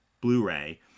Blu-ray